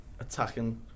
attacking